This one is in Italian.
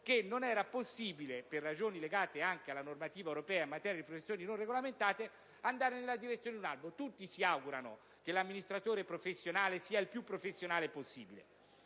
che non era possibile, per ragioni legate anche alla normativa europea in materia di professioni non regolamentate, istituire un albo. Tutti si augurano che l'amministratore professionale sia il più professionale possibile: